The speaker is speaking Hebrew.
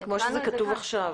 כמו שזה כתוב עכשיו.